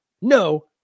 No